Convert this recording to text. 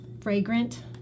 fragrant